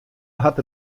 hat